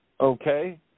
Okay